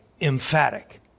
emphatic